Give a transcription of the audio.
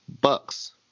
Bucks